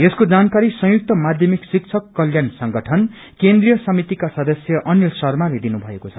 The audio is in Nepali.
यसको जानकारी संयुक्त माध्यमिक शिक्षक कल्याण संगइन केन्द्रिय समितिका सदस्य अनिल शम्पले दिनु भएको छ